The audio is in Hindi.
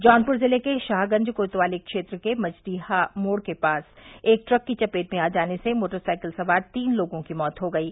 जौनपुर जिले के शाहगंज कोतवाली क्षेत्र के मजडीहा मोड के पास एक ट्रक की चपेट में आ जाने से मोटरसाइकिल सवार तीन लोगों की मौत हो गयी